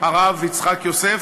הרב יצחק יוסף,